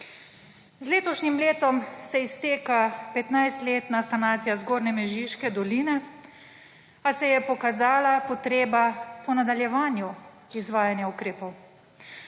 Z letošnjim letom se izteka 15-letna sanacija Zgornje Mežiške doline, a se je pokazala potreba po nadaljevanju izvajanja ukrepov.